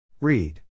Read